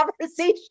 conversation